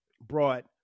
brought